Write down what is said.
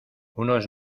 unos